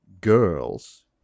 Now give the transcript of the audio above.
girls